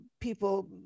people